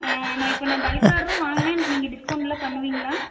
நான் இப்போ நான் பல்க் ஆட்ராக வாங்கினா எனக்கு நீங்கள் டிஸ்கௌண்ட் எல்லாம் பண்ணுவீங்களா